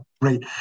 great